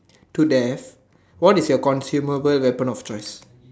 to death what is your consumable weapon of choice